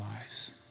lives